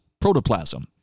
protoplasm